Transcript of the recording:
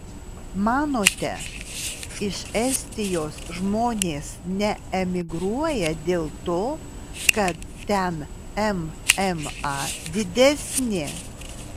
manote iš estijos žmonės neemigruoja dėl to kad ten mma didesnė